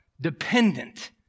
dependent